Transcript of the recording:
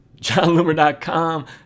johnloomer.com